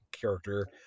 character